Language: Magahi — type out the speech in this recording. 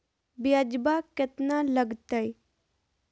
ब्यजवा केतना लगते?